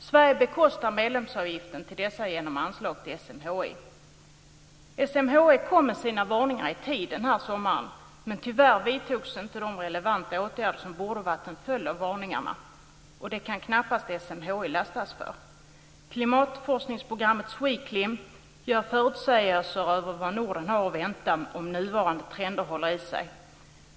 Sverige bekostar medlemsavgiften till dess organisationer genom anslag till SMHI. SMHI kom med sina varningar i tid den här sommaren, men tyvärr vidtogs inte de relevanta åtgärder som borde ha varit en följd av varningarna. Det kan knappast SMHI lastas för. Klimatforskningsprogrammet SWECLIM gör förutsägelser om vad Norden har att vänta om nuvarande trender håller i sig.